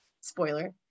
Spoiler